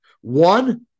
One